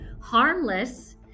harmless